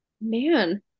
man